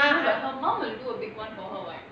no but her mom will do a big [one] for her [what]